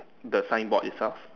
the sign board itself